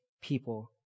people